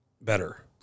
better